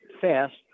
fast